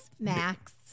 Max